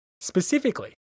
Specifically